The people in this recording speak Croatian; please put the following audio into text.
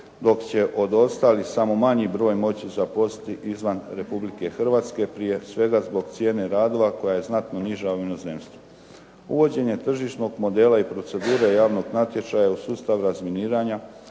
dok će se od ostalih samo manji broj moći zaposliti izvan Republike Hrvatske prije svega zbog cijene radova koja je znatno niža u inozemstvu. Uvođenje tržišnog modela i procedure javnog natječaja u sustavu razminiranja